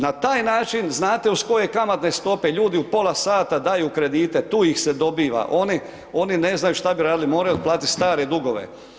Na taj način znate uz koje kamatne stop ljudi u pola sata daju kredite, tu ih se dobiva, oni ne znaju šta bi radili, moraju platiti stare dugove.